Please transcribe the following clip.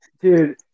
dude